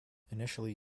initially